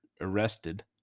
arrested